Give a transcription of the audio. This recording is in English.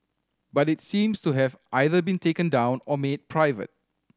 but it seems to have either been taken down or made private